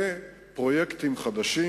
ופרויקטים חדשים.